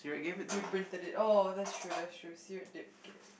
we printed it oh that's true that's true